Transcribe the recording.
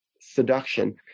seduction